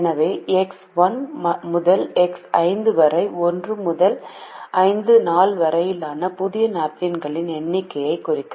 எனவே எக்ஸ் 1 முதல் எக்ஸ் 5 வரை 1 முதல் 5 நாள் வரையிலான புதிய நாப்கின்களின் எண்ணிக்கையைக் குறிக்கும்